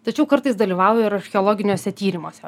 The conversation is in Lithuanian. tačiau kartais dalyvauju ir archeologiniuose tyrimuose